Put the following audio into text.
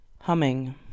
Humming